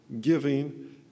giving